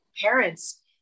parents